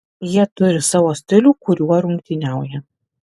jie turi savo stilių kuriuo rungtyniauja